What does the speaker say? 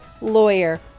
lawyer